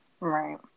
right